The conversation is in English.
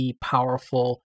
powerful